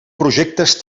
projectes